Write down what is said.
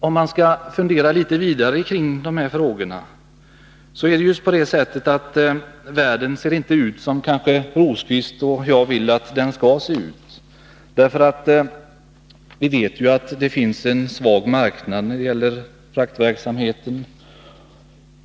Om man skall fundera litet vidare kring de här frågorna, är det ju på det sättet att världen inte ser ut som Birger Rosqvist och jag vill att den skall se ut. Vi vet att marknaden är svag när det gäller fraktverksamheten.